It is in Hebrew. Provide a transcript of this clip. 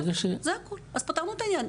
זה הכל, אז פתרנו את העניין.